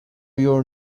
your